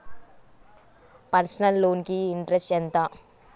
Personal loan కి interest ఎంత?